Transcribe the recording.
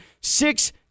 Six